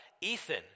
Ethan